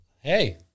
Hey